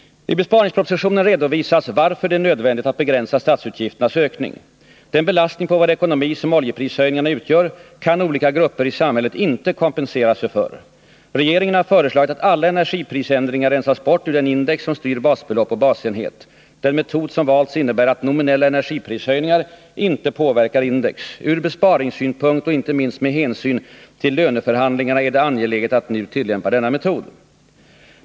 I besparingspropositionen redovisas varför det är nödvändigt att begränsa statsutgifternas ökning. Den belastning på vår ekonomi som oljeprishöjning arna utgör kan olika grupper i samhället inte kompensera sig för. Regeringen har föreslagit att alla energiprisförändringar rensas bort ur den index som styr basbelopp och basenhet. Den metod som valts innebär att nominella energiprishöjningar inte påverkar indexen. Ur besparingssynpunkt och inte minst med hänsyn till löneförhandlingarna är det angeläget att nu tillämpa denna metod.